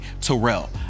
Terrell